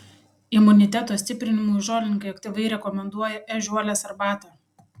imuniteto stiprinimui žolininkai aktyviai rekomenduoja ežiuolės arbatą